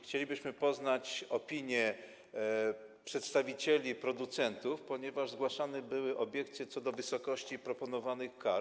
Chcielibyśmy poznać opinie przedstawicieli producentów, ponieważ zgłaszane były obiekcje co do wysokości proponowanych kar.